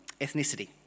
ethnicity